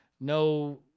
no